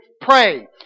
pray